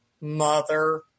mother